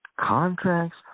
Contracts